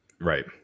Right